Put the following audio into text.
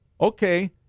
okay